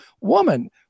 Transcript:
woman